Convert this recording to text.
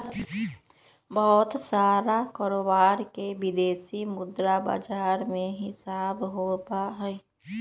बहुत सारा कारोबार के विदेशी मुद्रा बाजार में हिसाब होबा हई